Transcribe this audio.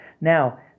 Now